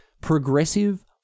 progressive